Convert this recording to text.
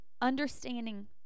understanding